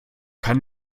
kann